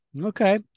Okay